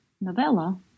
novella